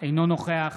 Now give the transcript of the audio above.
אינו נוכח